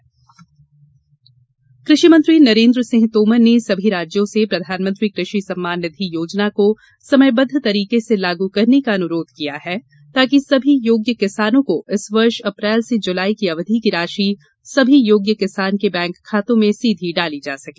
PM सम्मान निधि कृषि मंत्री नरेन्द्र सिंह तोमर ने सभी राज्यों से प्रधानमंत्री कृषि सम्मान निधि योजना को समयबद्द तरीके से लागू करने का अनुरोध किया है ताकि सभी योग्य किसानों को इस वर्ष अप्रैल से जुलाई की अवधि की राशि सभी योग्य किसान के बैंक खातों में सीधी डाली जा सके